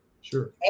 Sure